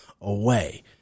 away